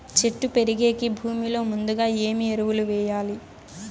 చెట్టు పెరిగేకి భూమిలో ముందుగా ఏమి ఎరువులు వేయాలి?